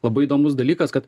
labai įdomus dalykas kad